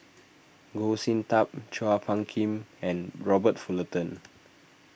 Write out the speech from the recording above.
Goh Sin Tub Chua Phung Kim and Robert Fullerton